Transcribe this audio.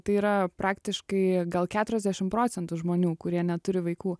tai yra praktiškai gal keturiasdešim procentų žmonių kurie neturi vaikų